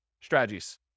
strategies